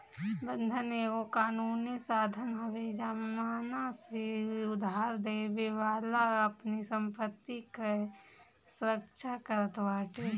बंधक एगो कानूनी साधन हवे जवना से उधारदेवे वाला अपनी संपत्ति कअ सुरक्षा करत बाटे